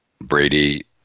Brady